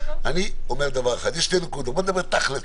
בואו נדבר תכלס,